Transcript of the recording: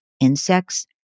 insects